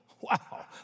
Wow